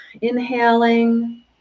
Inhaling